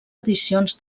edicions